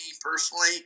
personally